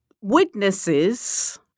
witnesses